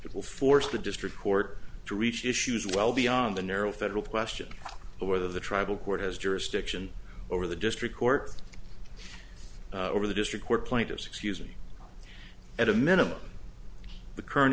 will force the district court to reach issues well beyond the narrow federal question of whether the tribal court has jurisdiction over the district court or the district court plaintiffs excuse me at a minimum the current